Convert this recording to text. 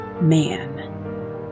man